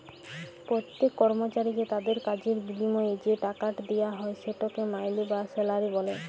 প্যত্তেক কর্মচারীকে তাদের কাজের বিলিময়ে যে টাকাট দিয়া হ্যয় সেটকে মাইলে বা স্যালারি ব্যলে